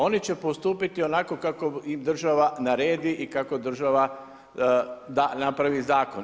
Oni će postupiti onako kako im država naredi i kako država da napravi zakon.